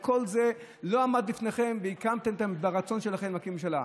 כל זה לא עמד בפני הרצון שלכם להקים ממשלה,